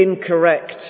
incorrect